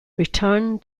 return